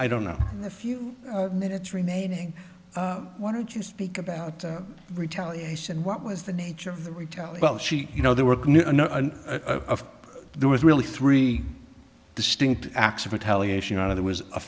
i don't know a few minutes remaining why don't you speak about retaliation what was the nature of the well she you know there were there was really three distinct acts of retaliation out of there was a